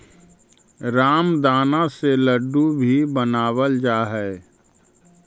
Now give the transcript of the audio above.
रामदाना से लड्डू भी बनावल जा हइ